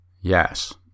Yes